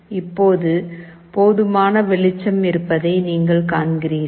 இப்போது போதுமான வெளிச்சம் இருப்பதை நீங்கள் காண்கிறீர்கள்